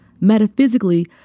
Metaphysically